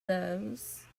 those